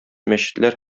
мәчетләр